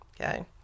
Okay